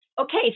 Okay